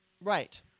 Right